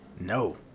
No